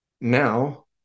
now